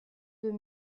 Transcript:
deux